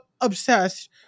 obsessed